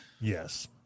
Yes